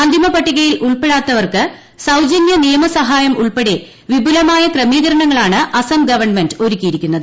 അന്തിമപട്ടികയിൽ ഉൾപ്പെടാത്തവർക്ക് സൌജന്യ നിയമസഹായം ഉൾപ്പെടെ വിപുലമായ ക്രമീകരണങ്ങളാണ് അസ്സം ഗവൺമെന്റ് ഒരുക്കിയിരിക്കുന്നത്